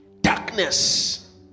Darkness